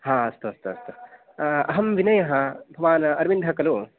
हा अस्तु अस्तु अस्तु अहं विनयः भवान् अरविन्दः खलु